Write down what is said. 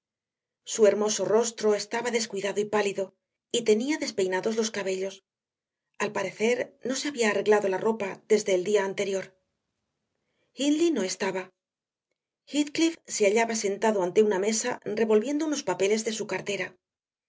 su hermoso rostro estaba descuidado y pálido y tenía despeinados los cabellos al parecer no se había arreglado la ropa desde el día anterior hindley no estaba heathcliff se hallaba sentado ante una mesa revolviendo unos papeles de su cartera